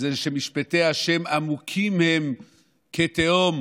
זה שמשפטי ה' עמוקים הם כתהום